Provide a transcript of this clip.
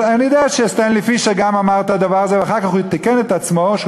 אני יודע שסטנלי פישר גם אמר את הדבר הזה ואחר כך הוא תיקן את עצמו שהוא